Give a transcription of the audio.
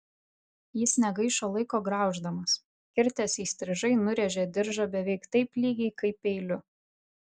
jis negaišo laiko grauždamas kirtęs įstrižai nurėžė diržą beveik taip lygiai kaip peiliu